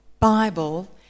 Bible